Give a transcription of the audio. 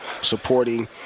supporting